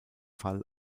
fall